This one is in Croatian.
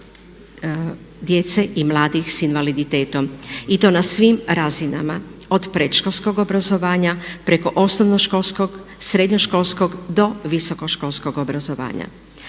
djece i mladih sa invaliditetom i to na svim razinama od predškolskog obrazovanja preko osnovnoškolskog, srednjoškolskog do visokoškolskog obrazovanja.